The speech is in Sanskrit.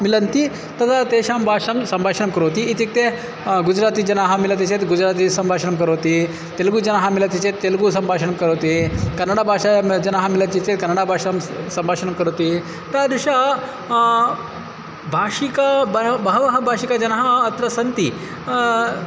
मिलन्ति तदा तेषां भाषां सम्भाषणं करोति इत्युक्ते गुजराति जनाः मिलति चेत् गुजराती सम्भाषणं करोति तेलुगु जनाः मिलति चेत् तेलुगु सम्भाषणं करोति कन्नडभाषा जनाः मिलति चेत् कन्नडभाषां सम्भाषणं करोति तादृशं भाषिकं बहु बहवः भाषिकजनाः अत्र सन्ति